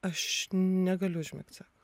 aš negaliu užmigt sako